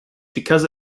because